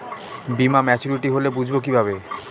বীমা মাচুরিটি হলে বুঝবো কিভাবে?